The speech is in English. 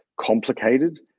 complicated